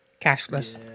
cashless